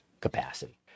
capacity